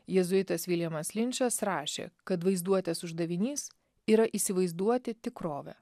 jėzuitas viljamas linčas rašė kad vaizduotės uždavinys yra įsivaizduoti tikrovę